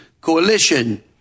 coalition